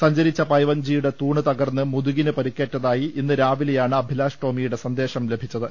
സഞ്ചരിച്ചു പായ്വഞ്ചിയുടെ തൂണ് തകർന്ന് മുതുകിന് പരുക്കേറ്റതായി ഇന്ന് രാവിലെയാണ് അഭിലാഷ്ടോമി യുടെ സന്ദേശം ലഭിച്ചത്